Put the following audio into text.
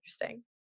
interesting